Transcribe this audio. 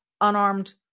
unarmed